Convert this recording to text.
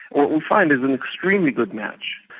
what we find is an extremely good match.